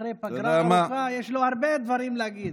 אחרי פגרה ארוכה יש לו הרבה דברים להגיד.